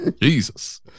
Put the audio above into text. Jesus